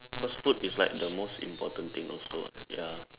cause food is like the most important thing also [what] ya